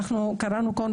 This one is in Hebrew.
קראנו כאן,